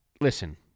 Listen